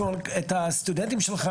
שלהם בחברות טכנולוגיות לצורכי התואר,